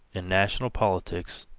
in national politics,